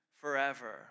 forever